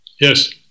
Yes